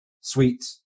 sweet